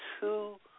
two